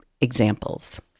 examples